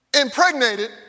impregnated